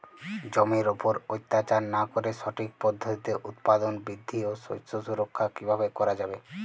জমির উপর অত্যাচার না করে সঠিক পদ্ধতিতে উৎপাদন বৃদ্ধি ও শস্য সুরক্ষা কীভাবে করা যাবে?